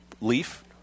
leaf